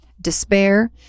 despair